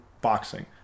boxing